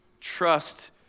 trust